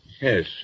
Yes